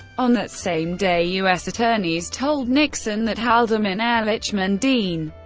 on that same day, u s. attorneys told nixon that haldeman, ehrlichman, dean,